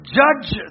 judge